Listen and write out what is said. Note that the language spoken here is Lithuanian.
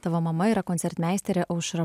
tavo mama yra koncertmeisterė aušra